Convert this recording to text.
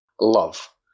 love